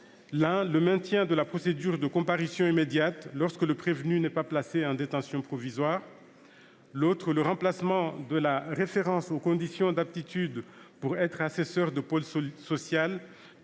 objet le maintien de la procédure de comparution immédiate lorsque le prévenu n'est pas placé en détention provisoire, le remplacement de la référence aux conditions d'aptitude pour être assesseur de pôle social